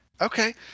Okay